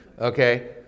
Okay